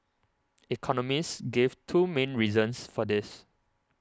economists gave two main reasons for this